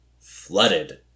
flooded